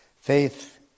faith